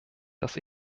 dass